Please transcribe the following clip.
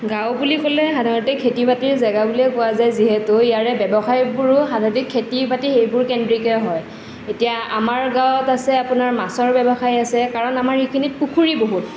গাঁও বুলি ক'লে সাধাৰণতে খেতি বাতিৰ জেগা বুলিয়ে কোৱা যায় যিহেতু ইয়াৰে ব্যৱসায়বোৰো সাধাৰণতে খেতি বাতি সেইবোৰ কেন্দ্ৰীকেই হয় এতিয়া আমাৰ গাঁৱত আছে আপোনাৰ মাছৰ ব্যৱসায় আছে কাৰণ আমাৰ এইখিনিত পুখুৰী বহুত